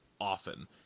often